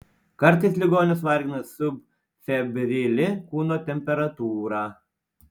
kartais ligonius vargina subfebrili kūno temperatūra